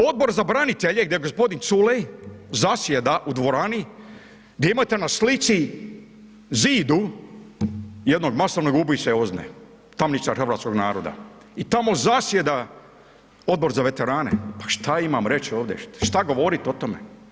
Odbor za branitelje gdje g. Culej zasjeda u dvorani, gdje imate na slici, zidu, jednog masovnog ubojice OZNA-e, tamnica hrvatskog naroda i tamo zasjeda Odbor za veterane, pa šta imam reć ovde, šta govorit o tome.